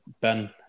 Ben